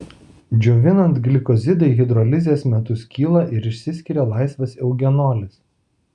džiovinant glikozidai hidrolizės metu skyla ir išsiskiria laisvas eugenolis